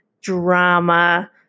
drama